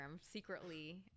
secretly